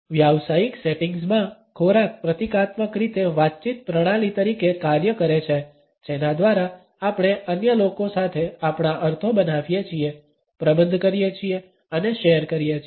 વ્યાવસાયિક સેટિંગ્સ માં ખોરાક પ્રતીકાત્મક રીતે વાતચીત પ્રણાલી તરીકે કાર્ય કરે છે જેના દ્વારા આપણે અન્ય લોકો સાથે આપણા અર્થો બનાવીએ છીએ પ્રબંધ કરીએ છીએ અને શેર કરીએ છીએ